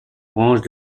branche